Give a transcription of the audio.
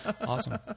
Awesome